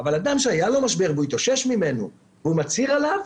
אבל אדם שהיה לו משבר והוא התאושש ממנו והוא מצהיר עליו,